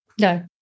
No